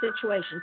situation